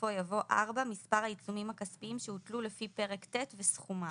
בסופו יבוא: "(4)מספר העיצומים הכספיים שהוטלו לפי פרק ט' וסכומם."